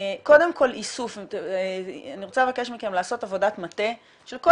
אני רוצה לבקש לעשות עבודת מטה של כל